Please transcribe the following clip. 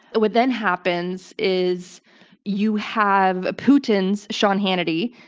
what then happens is you have putin's sean hannity,